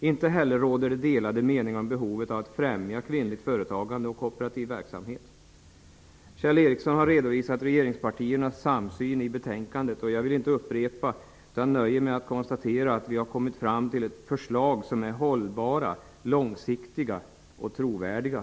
Inte heller råder det delade meningar om behovet av att främja kvinnligt företagande och kooperativ verksamhet. Kjell Ericsson har redovisat regeringspartiernas samsyn i betänkandet, och jag vill inte upprepa det, utan nöjer mig med att konstatera att vi har kommit fram till förslag som är hållbara, långsiktiga och trovärdiga.